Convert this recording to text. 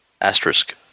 asterisk